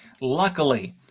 Luckily